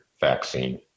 vaccine